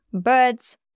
birds